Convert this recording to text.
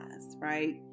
right